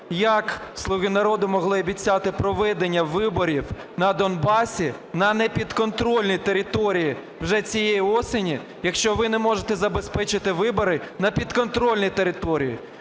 як "Слуги народу" могли обіцяти проведення виборів на Донбасі, на непідконтрольній території вже цієї осені, якщо ви не можете забезпечити вибори на підконтрольній території.